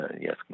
yes